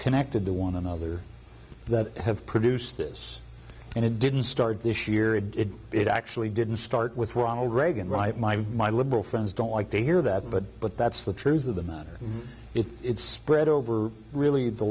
connected to one another that have produced this and it didn't start this year it did it actually didn't start with ronald reagan right my my liberal friends don't like to hear that but but that's the truth of the matter is it's spread over really the